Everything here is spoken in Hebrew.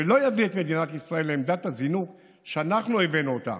ולא יביא את מדינת ישראל לעמדת הזינוק שאנחנו הבאנו אותה,